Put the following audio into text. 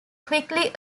quickly